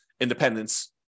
independence